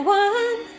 one